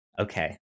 Okay